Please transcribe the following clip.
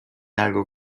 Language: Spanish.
algo